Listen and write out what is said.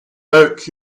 oak